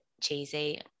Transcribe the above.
cheesy